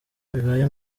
bibaye